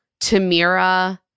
Tamira